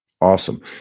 Awesome